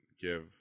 give